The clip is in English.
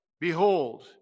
Behold